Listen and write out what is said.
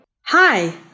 Hi